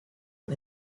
and